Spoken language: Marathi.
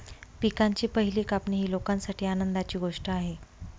पिकांची पहिली कापणी ही लोकांसाठी आनंदाची गोष्ट आहे